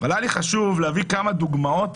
היה לי חשוב להביא כמה דוגמאות